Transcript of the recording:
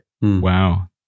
Wow